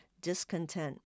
discontent